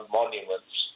monuments